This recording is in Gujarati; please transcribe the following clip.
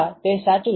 હા તે સાચું છે